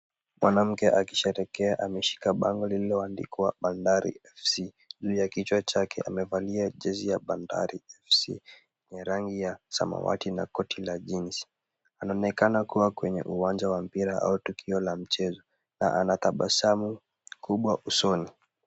Mwanamke akisharekea ameshika bango lililoandikwa Bandari FC juu ya kichwa chake amevalia jezi ya bandari FC, ni rangi ya samawati na koti la jeans. Anaonekana kuwa kwenye uwanja wa mpira au tukio la mchezo, na anatabasamu kubwa usoni.